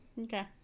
Okay